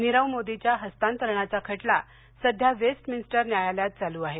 नीरव मोदीच्या हस्तांतरणाचा खटला सध्या वेस्टमिन्सटर न्यायालयात चालू आहे